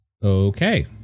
Okay